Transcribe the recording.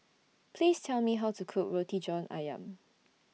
Please Tell Me How to Cook Roti John Ayam